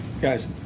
Guys